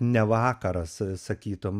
ne vakaras sakytum